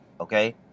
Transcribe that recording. Okay